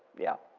yeah.